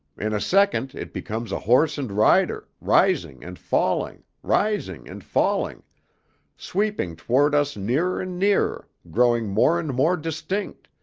in a second it becomes a horse and rider, rising and falling, rising and falling sweeping toward us nearer and nearer growing more and more distinct,